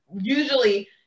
usually